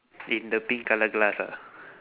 in the pink colour glass ah